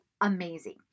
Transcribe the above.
amazing